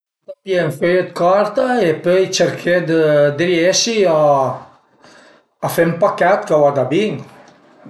Ëntà pìé ën föi 'd carta e pöi cerché 'd riesi a fe ën pachèt ch'a vada bin